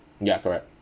ya correct